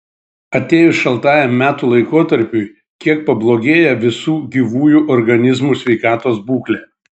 atėjus šaltajam metų laikotarpiui kiek pablogėja visų gyvųjų organizmų sveikatos būklė